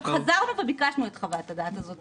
חזרנו וביקשנו את חוות הדעת הזאת,